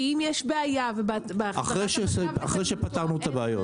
כי אם יש בעיה --- אחרי שפתרנו את הבעיות.